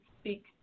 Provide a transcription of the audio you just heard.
speak